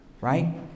right